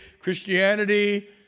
Christianity